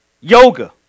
Yoga